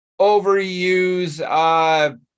overuse